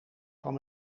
van